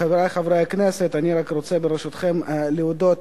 חברי חברי הכנסת, אני רק רוצה, ברשותכם, להודות